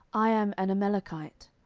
i am an amalekite.